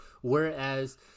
whereas